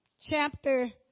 chapter